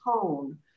tone